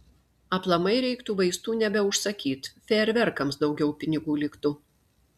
aplamai reiktų vaistų nebeužsakyt fejerverkams daugiau pinigų liktų